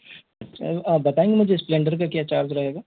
अच्छा आप बताएँगे मुझे स्प्लेंडर का क्या चार्ज रहेगा